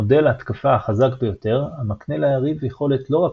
מודל ההתקפה החזק ביותר המקנה ליריב יכולת לא רק